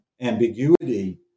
ambiguity